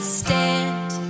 stand